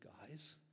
guys